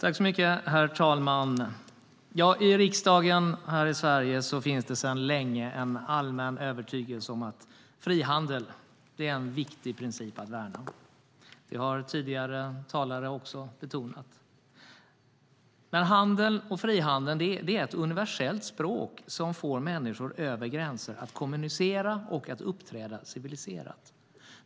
Herr talman! I Sveriges riksdag finns sedan länge en allmän övertygelse om att frihandel är en viktig princip att värna om. Det har även tidigare talare betonat. Handeln och frihandeln är ett universellt språk som får människor över gränser att kommunicera och att uppträda civiliserat.